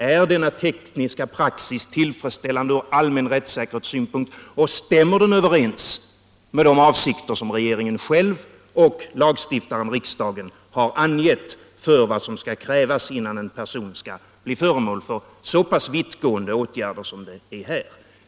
Är denna tekniska praxis tillfredsställande ur allmän rättssäkerhetssynpunkt och stämmer den överens med de avsikter som regeringen själv och lagstiftaren, riksdagen, har angett för vad som skall krävas innan en person blir föremål för så pass vittgående åtgärder som det är fråga om här?